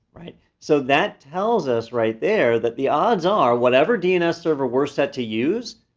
right? so that tells us right there that the odds are, whatever dns server we're set to use,